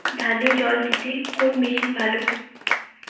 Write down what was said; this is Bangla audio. ধানে জল দিতে কোন মেশিন ভালো?